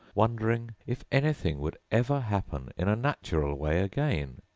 wondering if anything would ever happen in a natural way again.